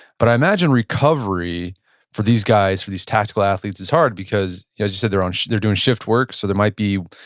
but i imagine recovery for these guys, these tactile athletes is hard because yeah as you said, they're and they're doing shift work, so they might be,